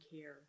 care